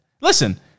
Listen